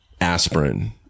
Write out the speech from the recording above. aspirin